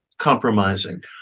compromising